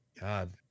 God